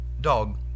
Dog